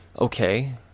okay